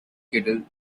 kettle